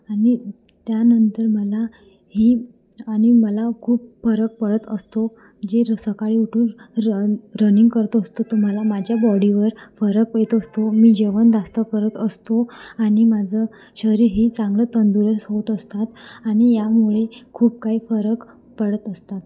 आणि त्यानंतर मला ही आणि मला खूप फरक पडत असतो जे र सकाळी उठून र रनिंग करत असतो त मला माझ्या बॉडीवर फरक पडत असतो मी जेवण जास्त करत असतो आणि माझं शरीर ह चांगलं तंदुरुस्त होत असतात आणि यामुळे खूप काही फरक पडत असतात